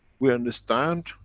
we understand,